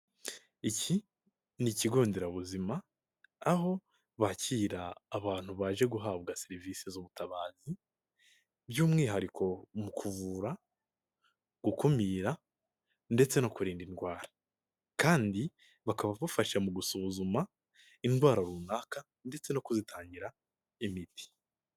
Iki ni ikigo nderabuzima aho bakira abantu baje guhabwa serivisi z'ubutabazi. By'umwihariko: mu kuvura, gukumira ndetse no kurinda indwara kandi bakaba bafasha mu gusuzuma indwara runaka ndetse no kuzitangira imiti